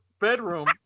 bedroom